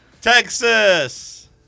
Texas